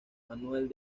manuel